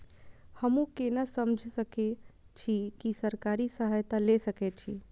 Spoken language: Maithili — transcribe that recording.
हमू केना समझ सके छी की सरकारी सहायता ले सके छी?